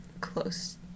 close